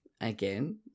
again